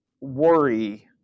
worry